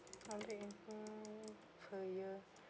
hundred eighty per year